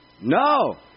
No